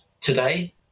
today